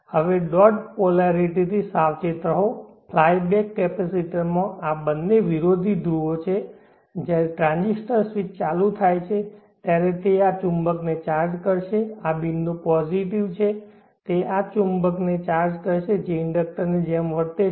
હવે ડોટ પોલેરિટીથી સાવચેત રહો ફ્લાય બેક કેપેસિટરમાં આ બંને વિરોધી ધ્રુવો છે જ્યારે ટ્રાંઝિસ્ટર સ્વીચ ચાલુ થાય છે ત્યારે તે આ ચુંબકને ચાર્જ કરશે આ બિંદુ પોઝિટિવ છે તે આ ચુંબકને ચાર્જ કરશે જે ઇન્ડક્ટર ની જેમ વર્તે છે